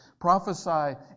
prophesy